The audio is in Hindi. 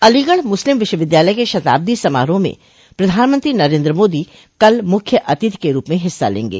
अलीगढ़ मुस्लिम विश्वविद्यालय के शताब्दी समारोह में प्रधानमंत्री नरेन्द्र मोदी कल मुख्य अतिथि के रूप में हिस्सा लेंगे